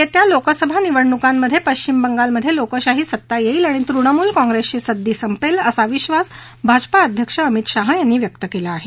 येत्या लोकसंभा निवडणुकांमधे पश्चिम बंगालमध्ये लोकशाही सत्ता येईल आणि तृणमूल काँग्रेसची सद्दी संपेल असा विश्वास भाजपा अध्यक्ष अमित शाह यांनी व्यक्त केला आहे